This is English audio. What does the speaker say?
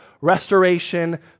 restoration